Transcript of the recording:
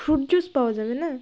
fruit juice পাওয়া যাবে না